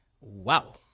Wow